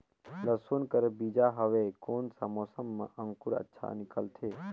लसुन कर बीजा हवे कोन सा मौसम मां अंकुर अच्छा निकलथे?